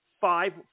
five